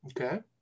Okay